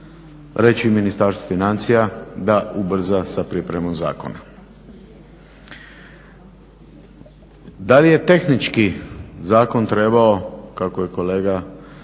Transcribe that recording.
reći Ministarstvu financija da ubrza sa pripremom zakona. Da li je tehnički zakon trebao kako je kolega